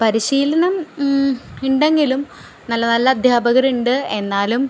പരിശീലനം ഉണ്ടെങ്കിലും നല്ല നല്ല അധ്യാപകരുണ്ട് എന്നാലും